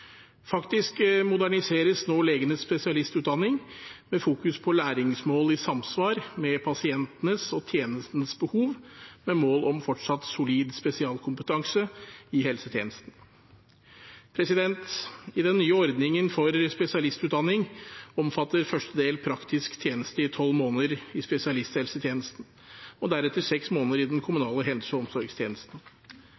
Faktisk moderniseres nå legenes spesialistutdanning, med fokus på læringsmål i samsvar med pasientenes og tjenestenes behov med mål om fortsatt solid spesialistkompetanse i helsetjenesten. I den nye ordningen for spesialistutdanning omfatter første del praktisk tjeneste i tolv måneder i spesialisthelsetjenesten og deretter seks måneder i den